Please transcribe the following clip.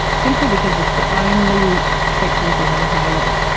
simply because it's the only treatment we have available.